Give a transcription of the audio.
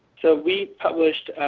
so we published,